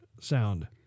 sound